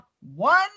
one